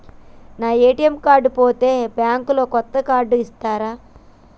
నా ATM card పోతే bank లో కొత్త కార్డు ఇస్తరా?